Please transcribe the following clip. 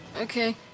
Okay